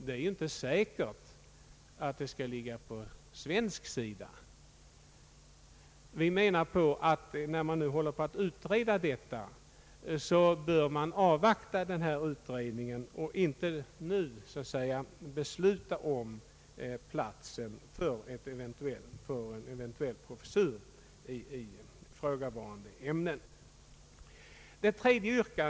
Det är ju inte säkert att det skall ligga på svensk sida. När man nu håller på att utreda detta anser utskottet att man bör avvakta denna utredning och inte nu besluta om platsen för en eventuell professur i ifrågavarande ämnen.